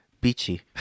Beachy